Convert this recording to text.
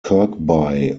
kirkby